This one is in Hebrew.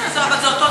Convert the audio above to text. בסדר, זה אותו דבר.